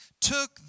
took